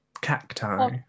Cacti